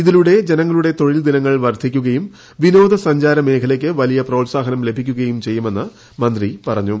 ഇതിലൂടെ ജനങ്ങളുടെ തൊഴിൽ ദിനങ്ങൾ വർദ്ധിക്കുകയും വിനോദസഞ്ചാര മേഖലയ്ക്ക് വലിയ പ്രോത്സാഹനം ലഭിക്കുകയും ചെയ്യുമെന്ന് മന്ത്രി പറഞ്ഞു